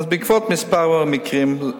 אני שמח לשמוע שאתם פועלים.